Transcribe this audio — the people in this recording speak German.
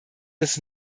des